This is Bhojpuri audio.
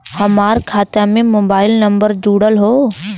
हमार खाता में मोबाइल नम्बर जुड़ल हो?